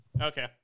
okay